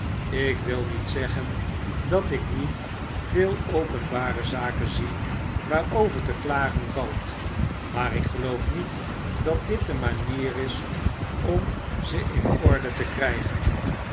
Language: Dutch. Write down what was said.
ik wil niet zeggen dat ik niet veel openbare zaken zie waarover te klagen valt maar ik gejioof niet dat dit de manier is om ze in orde te krijgen